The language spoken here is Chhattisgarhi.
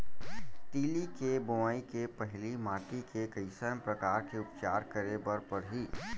तिलि के बोआई के पहिली माटी के कइसन प्रकार के उपचार करे बर परही?